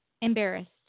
embarrassed